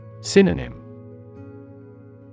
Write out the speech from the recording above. Synonym